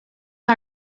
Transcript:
que